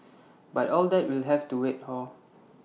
but all that will have to wait hor